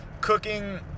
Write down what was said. Cooking